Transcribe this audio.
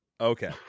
Okay